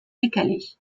décalée